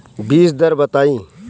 बीज दर बताई?